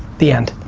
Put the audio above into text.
the end.